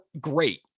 great